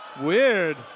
weird